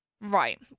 Right